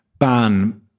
ban